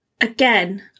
Again